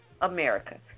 America